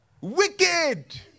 Wicked